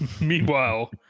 meanwhile